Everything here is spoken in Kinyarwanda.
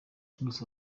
gusa